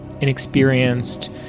inexperienced